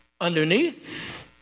underneath